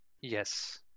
Yes